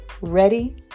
Ready